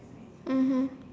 mmhmm